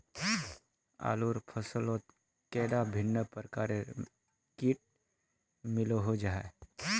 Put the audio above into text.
आलूर फसलोत कैडा भिन्न प्रकारेर किट मिलोहो जाहा?